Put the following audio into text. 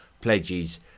pledges